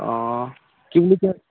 অ কি বুলি কয়